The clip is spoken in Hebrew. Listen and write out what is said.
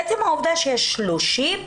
עצם העובדה שיש 30?